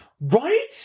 Right